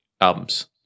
albums